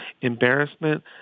Embarrassment